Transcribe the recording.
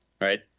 right